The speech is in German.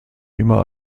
immer